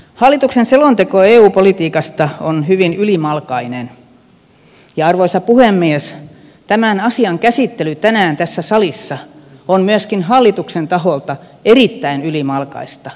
hallituksen selonteko eu politiikasta on hyvin ylimalkainen ja arvoisa puhemies tämän asian käsittely tänään tässä salissa on myöskin hallituksen taholta erittäin ylimalkaista ylimielistä